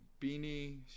Beanie